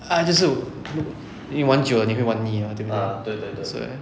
ah 就是 no 你玩久了你会玩腻的对不对 that's why